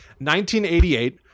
1988